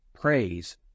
Praise